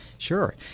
Sure